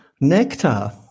nectar